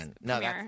no